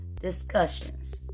discussions